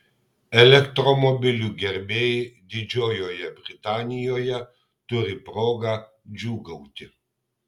elektromobilių gerbėjai didžiojoje britanijoje turi progą džiūgauti